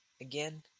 again